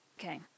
Okay